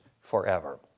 forever